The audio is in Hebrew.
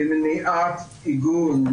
למניעת עיגון,